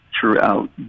throughout